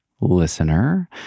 listener